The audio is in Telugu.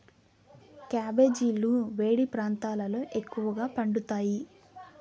క్యాబెజీలు వేడి ప్రాంతాలలో ఎక్కువగా పండుతాయి